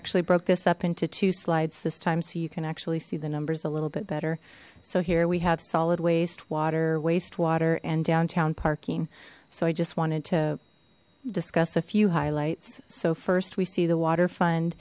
actually broke this up into two slides this time so you can actually see the numbers a little bit better so here we have solid waste water waste water and downtown parking so i just wanted to discuss a few highlights so first we see the water fund